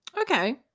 Okay